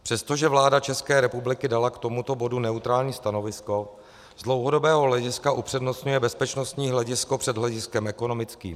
Přestože vláda ČR dala k tomuto bodu neutrální stanovisko, z dlouhodobého hlediska upřednostňuje bezpečnostní hledisko před hlediskem ekonomickým.